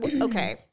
okay